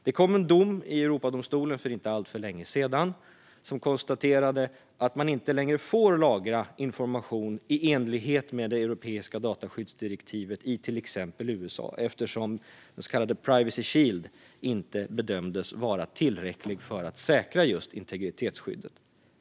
Det kom en dom i Europadomstolen för inte alltför länge sedan där det konstaterades att man inte längre får lagra information i enlighet med det europeiska dataskyddsdirektivet i till exempel USA, eftersom den så kallade privacy shield inte bedömdes vara tillräcklig för att säkra just integritetsskyddet.